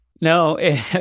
No